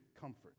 comfort